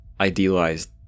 idealized